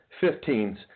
Fifteens